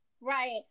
Right